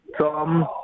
Tom